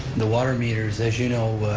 the water meters, as you know,